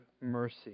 mercy